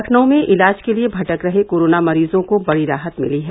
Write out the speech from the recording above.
लखनऊ में इलाज के लिये भटक रहे कोरोना मरीजों को बड़ी राहत मिली है